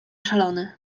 szalony